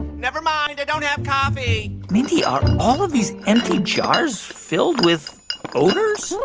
never mind, i don't have coffee mindy, are all of these empty jars filled with odors?